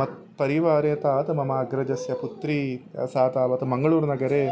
मत् परिवारे तावत् मम अग्रजस्य पुत्री सा तावत् मङ्गळूरु नगरे